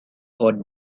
odd